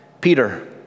Peter